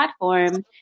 platform